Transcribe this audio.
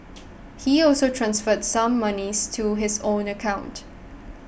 he also transferred some monies to his own account